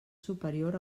superior